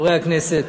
חברי הכנסת,